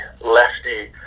lefty